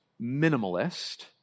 minimalist